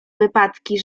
wypadki